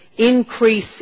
increase